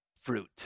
fruit